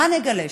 מה נגלה שם?